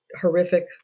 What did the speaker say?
horrific